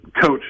coach